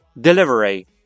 delivery